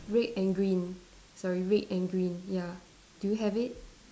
red and green sorry red and green ya do you have it